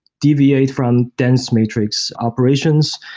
deviate from dense matrix operations.